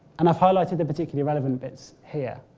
and have highlighted the particular relevant bits here.